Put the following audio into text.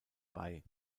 bei